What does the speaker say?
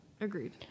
agreed